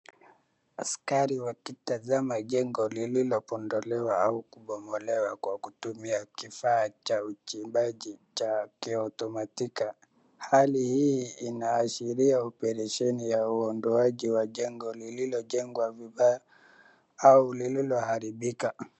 Askari wakitazama jengo lililopondolewa au kubomolewa kwa kutumia kifaa cha uchimbaji cha kiotomotika hali hii inaashiria operesheni wa kuondoa jengo lililojengwa vibaya au lililoharibika.